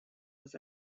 was